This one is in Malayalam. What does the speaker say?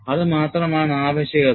അത് മാത്രമാണ് ആവശ്യകത